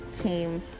came